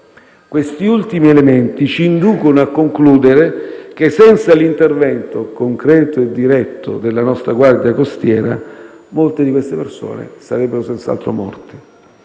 Questi ultimi elementi ci inducono a concludere che, senza l'intervento concreto e diretto della nostra Guardia costiera, molte di queste persone sarebbero senz'altro morte.